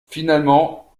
finalement